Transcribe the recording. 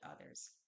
others